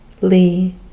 Lee